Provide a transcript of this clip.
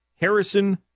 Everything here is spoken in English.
Harrison